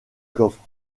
coffre